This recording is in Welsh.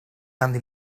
ganddi